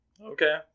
Okay